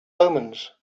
omens